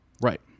right